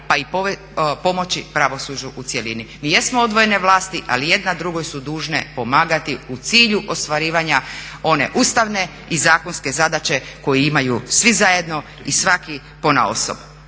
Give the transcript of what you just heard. pa i pomoći pravosuđu u cjelini. Mi jesmo odvojene vlasti ali jedna drugoj su dužne pomagati u cilju ostvarivanja one ustavne i zakonske zadaće koju imaju svi zajedno i svaki ponaosob.